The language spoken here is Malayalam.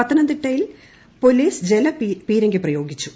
പത്തനംതിട്ടയിൽ പോലീസ് ജലപീരങ്കി പ്രയോഗിച്ചു